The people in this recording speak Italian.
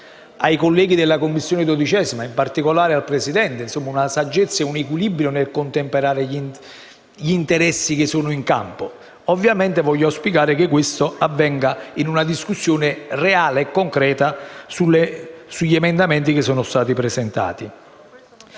ai colleghi della 12a Commissione e in particolare al Presidente una certa saggezza e equilibrio nel contemperare gli interessi che sono campo e ovviamente voglio auspicare che questi intervengano in una discussione reale e concreta sugli emendamenti che sono stati presentati.